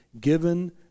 given